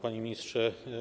Panie Ministrze!